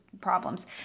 problems